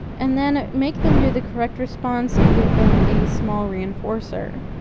and then make them do the correct response and give them a small reinforcer.